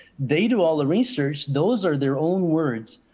they do all the research, those are their own words.